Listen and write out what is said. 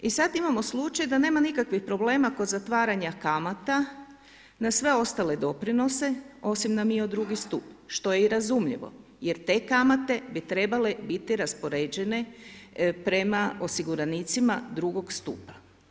I sada imamo slučaj da nema nikakvih problema kod zatvaranja kamata na sve ostale doprinose osim na MIO drugi stup, što je i razumljivo jer te kamate bi trebale biti raspoređene prema osiguranicima drugog stupa.